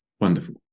Wonderful